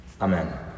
Amen